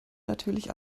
natürlich